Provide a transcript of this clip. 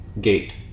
gate